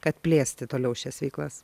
kad plėsti toliau šias veiklas